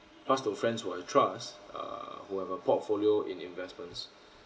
pass to friends who I trust err who have a portfolio in investments